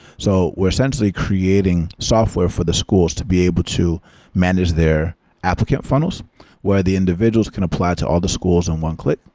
so we're essentially creating software for the schools to be able to manage their applicant funnels where the individuals can apply to all the schools in one click.